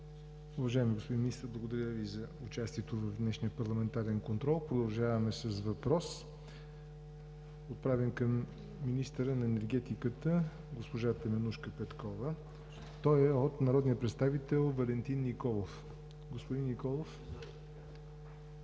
Уважаеми господин Министър, благодаря Ви за участието в днешния парламентарен контрол. Продължаваме с въпрос, отправен към министъра на енергетиката – госпожа Теменужка Петкова, от народния представител Валентин Николов. Господин Николов,